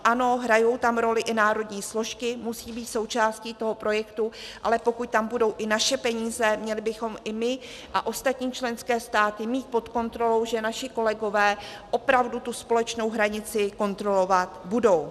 Ano, hrají tam roli i národní složky, musí být součástí toho projektu, ale pokud tam budou i naše peníze, měli bychom i my a ostatní členské státy mít pod kontrolou, že naši kolegové opravdu společnou hranici kontrolovat budou.